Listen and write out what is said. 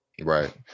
right